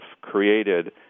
created